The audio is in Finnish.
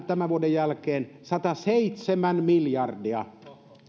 tämän vuoden jälkeen sataseitsemän miljardia